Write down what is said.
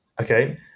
okay